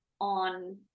on